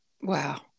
wow